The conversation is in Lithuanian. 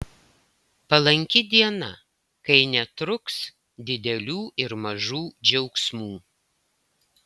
palanki diena kai netruks didelių ir mažų džiaugsmų